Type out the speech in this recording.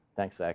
thanks, zach.